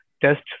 test